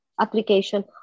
application